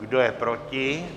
Kdo je proti?